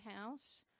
house